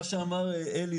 מה שאמר אלי,